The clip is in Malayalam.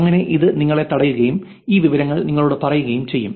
അങ്ങനെ ഇത് നിങ്ങളെ തടയുകയും ഈ വിവരങ്ങൾ നിങ്ങളോട് പറയുകയും ചെയ്യും